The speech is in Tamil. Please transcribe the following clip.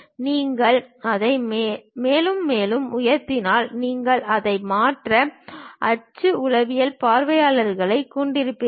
நீங்கள் அதை மேலும் மேலே உயர்த்தினால் நீங்கள் அதை மற்ற அச்சு அளவியல் பார்வைகளைக் கொண்டிருப்பீர்கள்